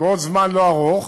בעוד זמן לא ארוך,